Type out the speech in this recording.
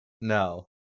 No